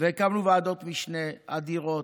והקמנו ועדות משנה אדירות: